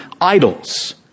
idols